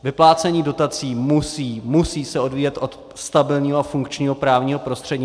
Vyplácení dotací se musí, musí odvíjet od stabilního a funkčního právního prostředí.